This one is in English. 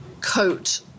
coat